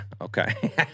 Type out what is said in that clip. okay